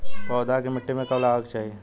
पौधा के मिट्टी में कब लगावे के चाहि?